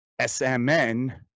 SMN